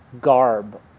garb